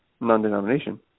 non-denomination